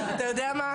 אתה יודע מה?